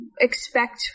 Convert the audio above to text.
expect